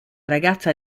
ragazza